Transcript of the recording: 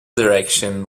direction